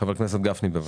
חבר הכנסת גפני, בבקשה.